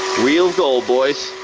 real gold, boys.